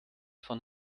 von